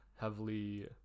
heavily